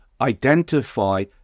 identify